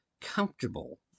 comfortable